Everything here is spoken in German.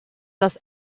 das